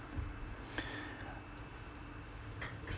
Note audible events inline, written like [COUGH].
[BREATH]